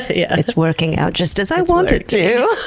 it's working out just as i want it to.